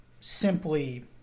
simply